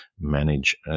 manage